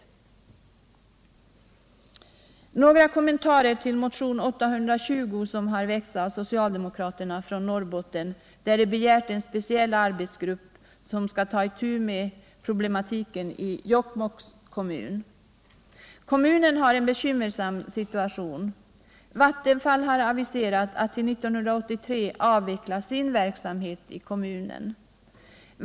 Sedan vill jag lämna några kommentarer till motionen 820, som har väckts av oss socialdemokrater från Norrbotten och där vi begärt en speciell arbetsgrupp som skall ta itu med problematiken i Jokkmokks kommun. Kommunen har en bekymmersam situation. Vattenfall har aviserat att man till 1983 skall avveckla sin verksamhet i kommunen.